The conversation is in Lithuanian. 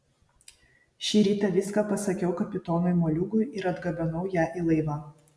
šį rytą viską pasakiau kapitonui moliūgui ir atgabenau ją į laivą